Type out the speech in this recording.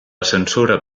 censura